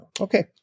Okay